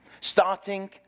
Starting